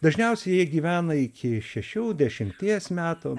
dažniausiai jie gyvena iki šešių dešimties